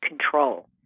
control